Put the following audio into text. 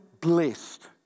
blessed